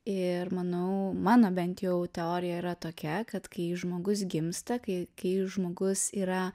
ir manau mano bent jau teorija yra tokia kad kai žmogus gimsta kai kai žmogus yra